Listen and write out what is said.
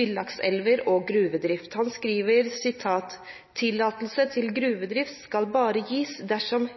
villakselver og gruvedrift. Han skriver: «Tillatelse til gruvedrift skal bare gis dersom